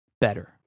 better